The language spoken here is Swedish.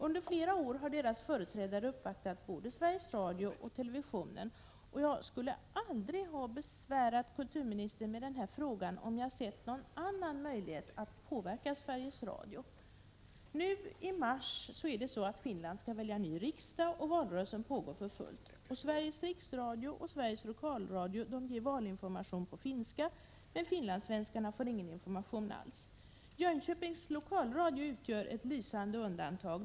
Under flera år har deras företrädare uppvaktat både Sveriges Radio och televisionen, och jag skulle aldrig ha besvärat kulturministern med den här frågan om jag sett någon annan möjlighet att påverka Sveriges Radio. Nu i mars skall Finland välja ny riksdag, och valrörelsen pågår för fullt. Sveriges Riksradio och Sveriges Lokalradio ger valinformation på finska, men finlandssvenskarna får ingen information alls. Jönköpings Lokalradio utgör ett lysande undantag.